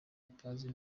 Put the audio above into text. atazi